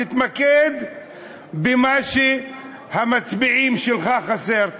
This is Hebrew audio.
תתמקד במה שלמצביעים שלך חסר.